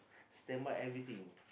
stand by everything